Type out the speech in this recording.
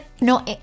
no